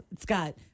Scott